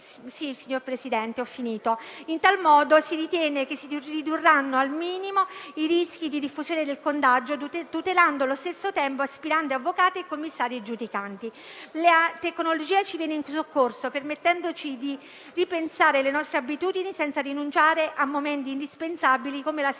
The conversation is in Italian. minuti e massima di sessanta. In tal modo si ritiene che si ridurranno al minimo i rischi di diffusione del contagio, tutelando allo stesso tempo aspiranti avvocati e commissari giudicanti. La tecnologia ci viene in soccorso, permettendoci di ripensare le nostre abitudini, senza rinunciare a momenti indispensabili come la selezione